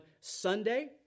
Sunday